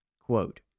quote